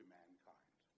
mankind